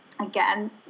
again